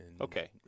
Okay